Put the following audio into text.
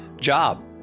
job